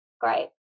great